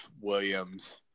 Williams